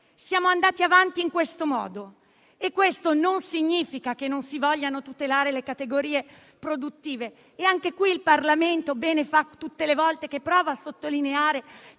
Siamo andati avanti in questo modo e ciò non significa che non si vogliano tutelare le categorie produttive. Il Parlamento fa bene tutte le volte che prova a sottolinearne